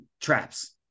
traps